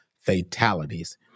fatalities